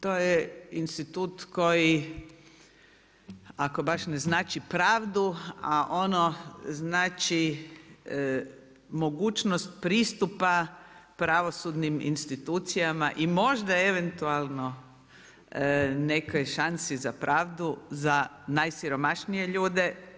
To je institut koji ako baš ne znači pravdu, a ono znači mogućnost pristupa pravosudnim institucijama i možda eventualno nekoj šansi za pravdu za najsiromašnije ljude.